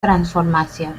transformación